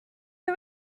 her